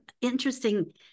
interesting